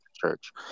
church